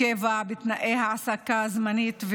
קבע בתנאי העסקה זמניים,